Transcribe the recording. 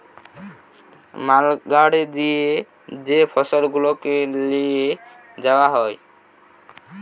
মাল গাড়ি দিয়ে যে ফসল গুলাকে লিয়ে যাওয়া হয়